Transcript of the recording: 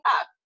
up